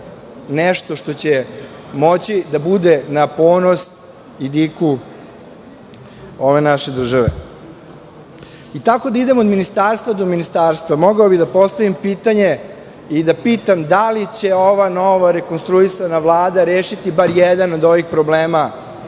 nešto što će moći da bude na ponos i diku ove naše države. Tako da idem od ministarstva do ministarstva, mogao bih da postavim pitanje i da pitam – da li će ova nova rekonstruisana Vlada rešiti bar jedan od ovih problema